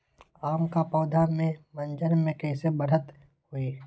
आम क पौधा म मजर म कैसे बढ़त होई?